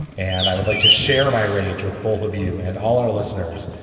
and i would like to share my rage with both of you and all our listeners.